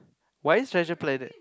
why Treasure Planet